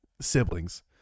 siblings